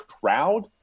crowd